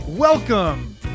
Welcome